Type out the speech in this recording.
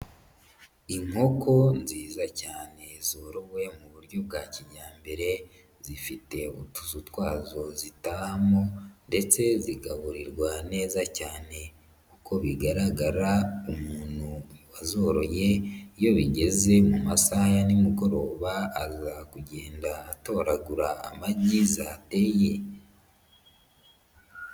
Inkoko nziza cyane zorowe mu buryo bwa kijyambere, zifite utuzu twazo zitahamo ndetse zigaburirwa neza cyane, uko bigaragara umuntu wazoroye, iyo bigeze mu masaha ya nimugoroba, aza kugenda atoragura amagi zateye.